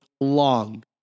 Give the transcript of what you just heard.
long